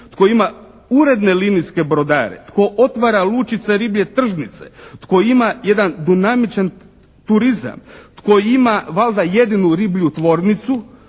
koji ima uredne linijske brodare. Tko otvara lučice riblje tržnice, tko ima jedan dinamičan turizam. Tko ima valjda jedinu riblju tvornicu.